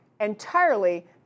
entirely